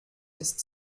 ist